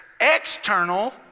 external